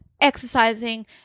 exercising